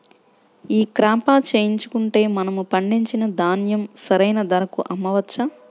ఈ క్రాప చేయించుకుంటే మనము పండించిన ధాన్యం సరైన ధరకు అమ్మవచ్చా?